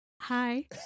Hi